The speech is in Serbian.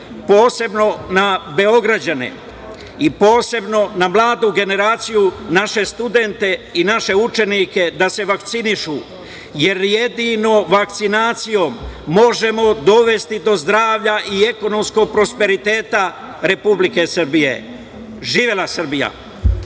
posebno na Beograđane, i posebno na mladu generaciju, naše studente i naše učenike, da se vakcinišu, jer jedino vakcinacijom možemo dovesti do zdravlja i ekonomskog prosperiteta Republike Srbije. Živela Srbija!